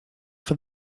for